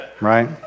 right